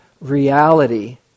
reality